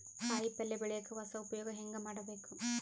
ಕಾಯಿ ಪಲ್ಯ ಬೆಳಿಯಕ ಹೊಸ ಉಪಯೊಗ ಹೆಂಗ ಮಾಡಬೇಕು?